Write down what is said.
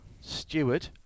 Steward